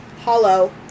hollow